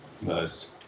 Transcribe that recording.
Nice